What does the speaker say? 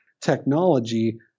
technology